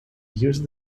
used